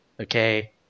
Okay